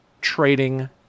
Trading